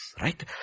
right